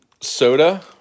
Soda